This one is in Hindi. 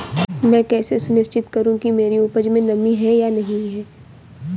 मैं कैसे सुनिश्चित करूँ कि मेरी उपज में नमी है या नहीं है?